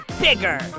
bigger